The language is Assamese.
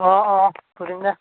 অঁ অঁ ধৰিম দে